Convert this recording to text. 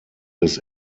des